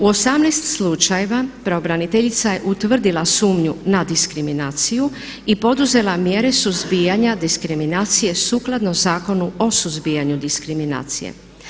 U 18 slučajeva pravobraniteljica je utvrdila sumnju na diskriminaciju i poduzela mjere suzbijanja diskriminacije sukladno Zakonu o suzbijanju diskriminacije.